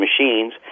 machines